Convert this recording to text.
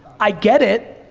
i get it,